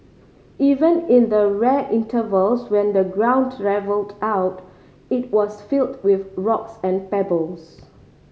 even in the rare intervals when the ground levelled out it was filled with rocks and pebbles